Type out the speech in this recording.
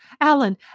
Alan